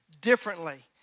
differently